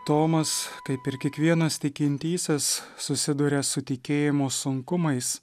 tomas kaip ir kiekvienas tikintysis susiduria su tikėjimo sunkumais